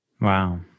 Wow